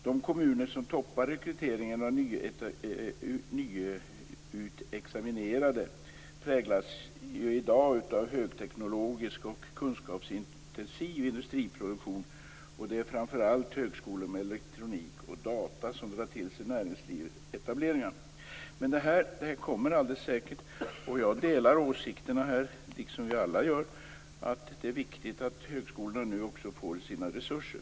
De kommuner som toppar rekryteringen av nyutexaminerade präglas i dag av högteknologisk och kunskapsintensiv industriproduktion. Det är framför allt högskolor med elektronik och data som drar till sig näringslivets etableringar. Men detta kommer alldeles säkert, och jag, liksom vi alla här, delar åsikterna att det är viktigt att högskolorna nu också får sina resurser.